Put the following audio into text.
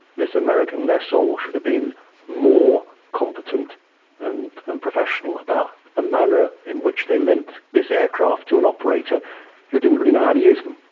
this american lessor should have been more competent and professional about the manner in which they lent this aircraft to an operator who didn't really know how to use them.